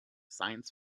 science